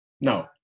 no